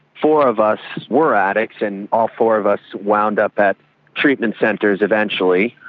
four of us were addicts and all four of us wound up at treatment centres eventually.